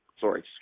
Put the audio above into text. sorry